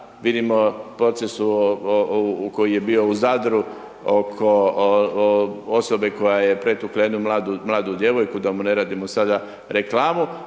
vidimo proces koji je bio u Zadru, oko osobe koja je pretukla jednu mladu djevojku, da mu ne radimo sada reklamu